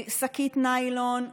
שקית ניילון,